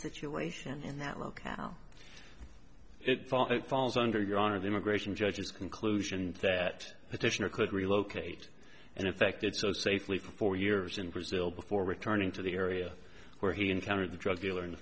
situation in that locale it falls under your honor the immigration judges conclusion that petitioner could relocate and effected so safely for four years in brazil before returning to the area where he encountered the drug dealer in the